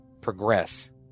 progress